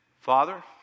Father